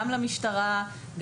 גם למשטרה,